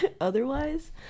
otherwise